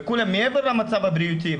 מעבר למצב הבריאותי,